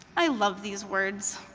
i love these words.